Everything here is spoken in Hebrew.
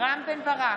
רם בן ברק,